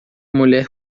mulher